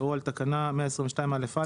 או על תקנה 122א(א),